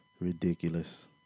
ridiculous